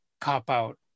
cop-out